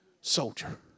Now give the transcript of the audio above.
soldier